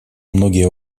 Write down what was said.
многие